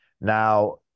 Now